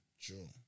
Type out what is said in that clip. True